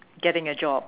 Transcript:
getting a job